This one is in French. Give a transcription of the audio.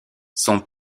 son